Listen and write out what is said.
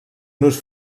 nus